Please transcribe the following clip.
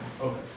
okay